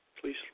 Please